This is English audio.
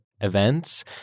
events